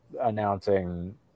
announcing